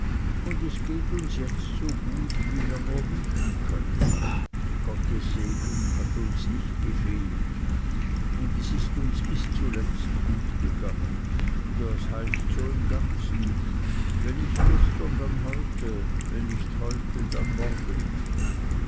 und es geht uns jetzt so gut wie wir nur wünschen können gottes segen hat uns nicht gefehlt und es ist uns bis zuletzt gut gegangen das heißt so im ganzen wenn nicht gestern dann heute wenn nicht heute dann morgen